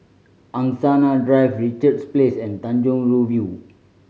Angsana Drive Richards Place and Tanjong Rhu View